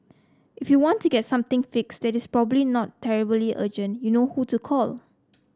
if you want to get something fixed that is probably not terribly urgent you know who to call